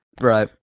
Right